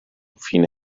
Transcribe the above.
fine